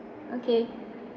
okay